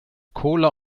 kohle